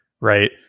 right